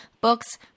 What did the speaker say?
books